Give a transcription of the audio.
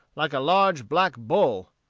like a large black bull.